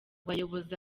bayobozi